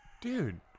Dude